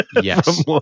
Yes